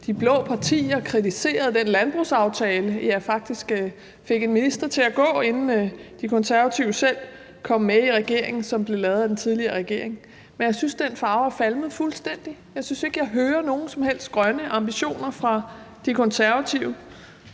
lavet af den tidligere regering, ja, faktisk fik en minister til at gå af, inden De Konservative selv kom med i regeringen. Men jeg synes, den farve er falmet fuldstændigt. Jeg synes ikke, jeg hører nogen som helst grønne ambitioner fra De Konservative.